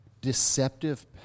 deceptive